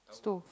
stove